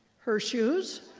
her shoes,